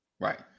right